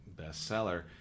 bestseller